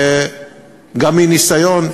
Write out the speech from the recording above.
גם מניסיון,